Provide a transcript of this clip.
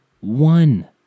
One